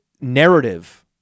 narrative